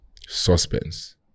suspense